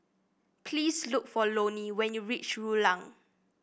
please look for Loney when you reach Rulang